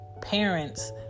parents